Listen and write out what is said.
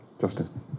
Justin